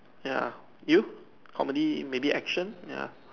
ya you comedy maybe action ya